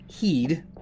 Heed